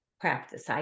practice